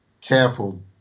careful